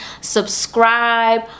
subscribe